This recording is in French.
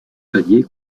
palier